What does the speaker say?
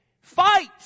Fight